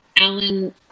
Alan